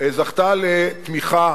לתמיכה